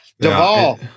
Duvall